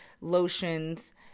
lotions